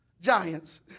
Giants